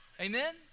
Amen